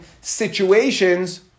situations